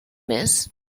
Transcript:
més